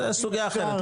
זו סוגיה אחרת,